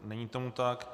Není tomu tak.